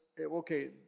okay